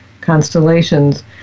Constellations